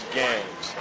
games